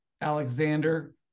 Alexander